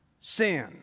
sin